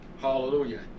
hallelujah